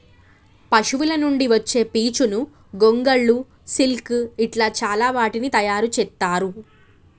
పశువుల నుండి వచ్చే పీచును గొంగళ్ళు సిల్క్ ఇట్లా చాల వాటిని తయారు చెత్తారు